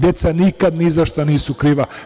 Deca nikad ni za šta nisu kriva.